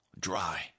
dry